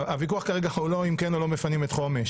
הוויכוח כרגע הוא לא אם כן או לא מפנים את חומש